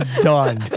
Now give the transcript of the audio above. done